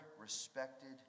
respected